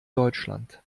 deutschland